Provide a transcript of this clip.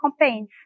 campaigns